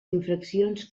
infraccions